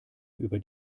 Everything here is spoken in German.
über